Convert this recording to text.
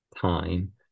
time